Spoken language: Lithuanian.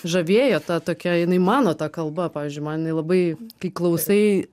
žavėjo ta tokia jinai mano ta kalba pavyzdžiui man jinai labai kai klausai